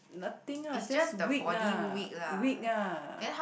nothing ah just weak ah weak ah